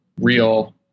real